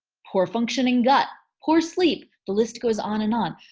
poor functioning gut, poor sleep the list goes on and on.